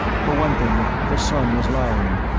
for one thing, the sun was lowering,